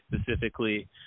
specifically